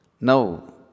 Now